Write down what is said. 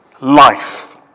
life